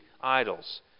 idols